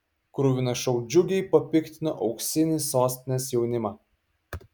kruvinas šou džiugiai papiktino auksinį sostinės jaunimą